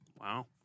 Wow